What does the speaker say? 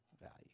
value